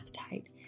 appetite